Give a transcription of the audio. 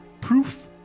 proof